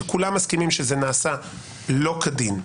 שכולם מסכימים שזה נעשה לא כדין,